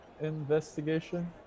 investigation